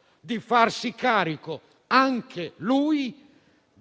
lui, nello stesso tempo,